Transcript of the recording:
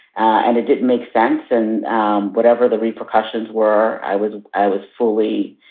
and it didn't make sense. and whatever the repercussions were, i was i was fully,